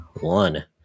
one